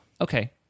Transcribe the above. Okay